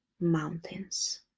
mountains